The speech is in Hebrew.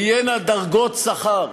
תהיינה דרגות שכר.